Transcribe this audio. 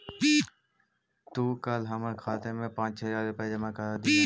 तू कल हमर खाते में पाँच हजार रुपए जमा करा दियह